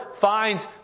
finds